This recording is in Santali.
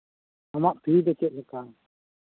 ᱟᱢᱟᱜ ᱯᱷᱤ ᱫᱚ ᱪᱮᱫᱞᱮᱠᱟ